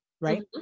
Right